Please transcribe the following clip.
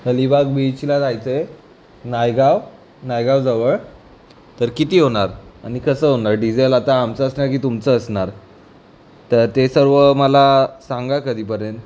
अलिबाग बीचला जायचं आहे नायगाव नायगावजवळ तर किती होणार आणि कसं होणार डिझेल आता आमचं असणार की तुमचं असणार तर ते सर्व मला सांगा कधीपर्यंत